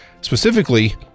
Specifically